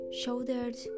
shouldered